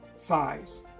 thighs